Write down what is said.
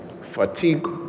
Fatigue